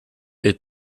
est